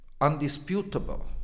undisputable